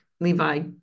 Levi